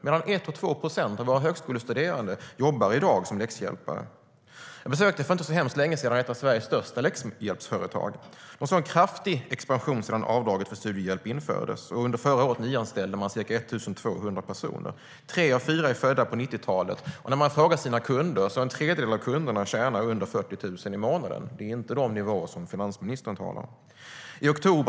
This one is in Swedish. Mellan 1 och 2 procent av våra högskolestuderande jobbar i dag som läxhjälpare. Jag besökte för inte så länge sedan ett av Sveriges största läxhjälpsföretag, som har haft en kraftig expansion sedan avdraget för studiehjälp infördes. Under förra året nyanställde man ca 1 200 personer. Tre av fyra är födda på 1990-talet, och en tredjedel av kunderna tjänar under 40 000 i månaden. Det är inte de nivåer som finansministern talar om.